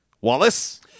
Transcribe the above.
Wallace